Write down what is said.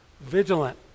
Vigilant